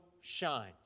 Shine